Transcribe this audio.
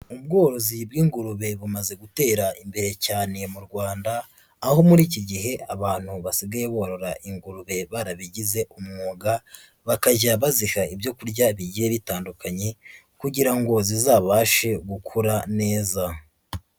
Ubworozi bw'ingurube bumaze gutera imbere cyane mu Rwanda, aho muri iki gihe abantu basigaye borora ingurube barabigize umwuga, bakajya baziha ibyo kurya bigiye bitandukanye kugira ngo zizabashe gukura neza.